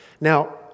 Now